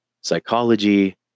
psychology